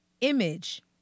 image